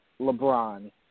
LeBron